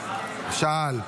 --- שאל.